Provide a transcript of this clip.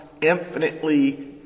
infinitely